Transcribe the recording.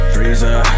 Freezer